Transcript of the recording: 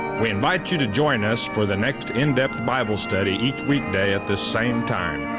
we invite you to join us for the next in-depth bible study each weekday at this same time.